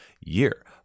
year